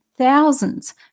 thousands